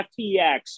FTX